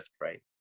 right